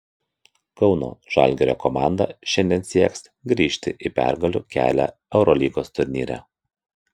kauno žalgirio komanda šiandien sieks grįžti į pergalių kelią eurolygos turnyre